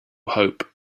hope